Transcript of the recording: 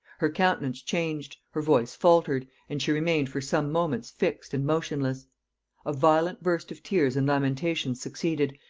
her countenance changed, her voice faltered, and she remained for some moments fixed and motionless a violent burst of tears and lamentations succeeded,